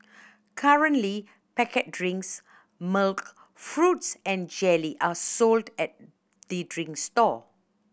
currently packet drinks milk fruits and jelly are sold at the drinks stall